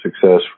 success